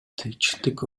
тынчтык